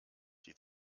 die